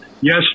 Yes